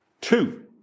two